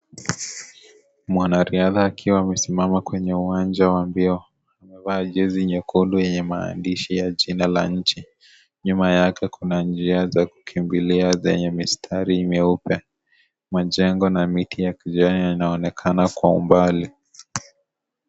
Mwanariadha akiwa amesimama kwenye uwanja wa mbio. Amevaa jezi nyekundu yenye maandishi ya jina la nchi. Nyuma yake kuna njia za kukimbilia zenye mistari meupe. Majengo na miti ya kijani yanaonekana kwa umbali.